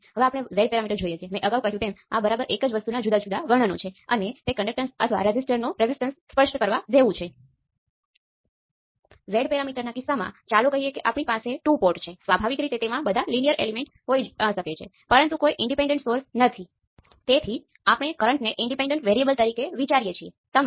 તેથી હવે તમે પણ જોઈ શકો છો કે આ વાય મેટ્રિક્સ કરી શકાતું નથી આ તે વિશે વિચારવાનું હતું